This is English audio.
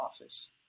office